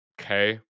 Okay